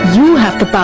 you have the power.